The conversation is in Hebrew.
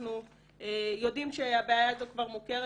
אנחנו יודעים שהבעיה הזאת כבר מוכרת.